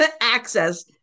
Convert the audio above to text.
access